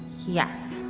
yes.